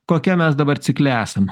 kokiam mes dabar cikle esame